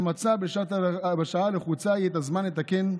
שמצאה בשעה הלחוצה ההיא את הזמן לתקן,